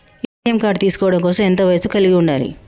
ATM card తీసుకోవడం కోసం ఎంత వయస్సు కలిగి ఉండాలి?